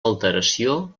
alteració